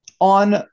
on